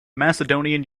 macedonian